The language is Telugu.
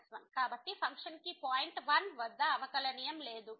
కాబట్టి ఫంక్షన్ కి పాయింట్ 1 వద్ద అవకలనియమం లేదు